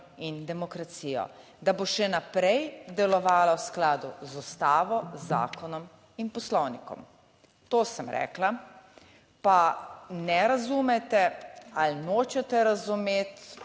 in demokracijo, da bo še naprej delovala v skladu z ustavo, zakonom in Poslovnikom. To sem rekla. Pa ne razumete ali nočete razumeti